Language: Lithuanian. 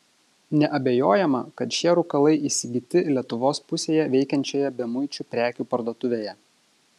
neabejojama kad šie rūkalai įsigyti lietuvos pusėje veikiančioje bemuičių prekių parduotuvėje